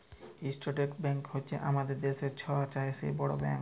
state bank হছে আমাদের দ্যাশের ছব চাঁয়ে বড় ব্যাংক